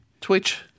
Twitch